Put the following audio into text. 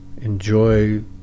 enjoy